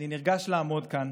אני נרגש לעמוד כאן